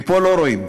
מפה לא רואים.